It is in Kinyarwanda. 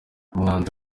umwanzi